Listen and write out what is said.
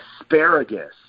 asparagus